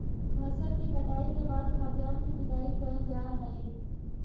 फसल के कटाई के बाद खाद्यान्न के पिटाई कैल जा हइ